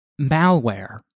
malware